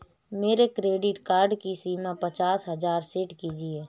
मेरे credit card की सीमा पचास हजार सेट कीजिए